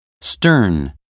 stern